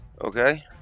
Okay